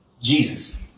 Jesus